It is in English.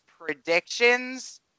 predictions